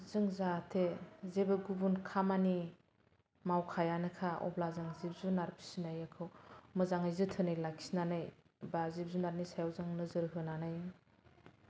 जों जाहाथे जेबो गुबुन खामानि मावखायानोखा अब्ला जों जिब जुनार फिसिनायखौ मोजाङै जोथोनै लाखिनानै बा जिब जुनारनि सायाव जों नोजोर होनानै